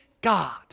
God